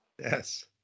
Yes